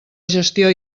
gestió